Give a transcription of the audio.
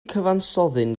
cyfansoddyn